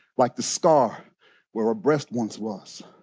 like the scar where a breast once was.